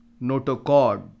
notochord